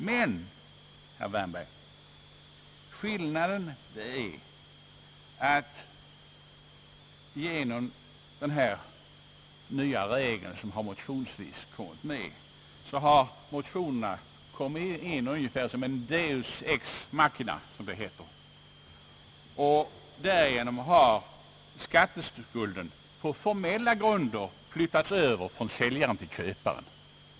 Men skillnaden är, herr Wärnberg, att genom den nya regeln, som motionsvis kommit in i sammanhanget — motionärerna har uppträtt som en slags deus ex machina — en helt ny och mera vittgående retroaktivitet kommit in i bilden i det att en skattebörda på formella grunder flyttats över till köparen, som fått en latent skatteskuld hängande om halsen.